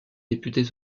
députés